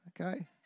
Okay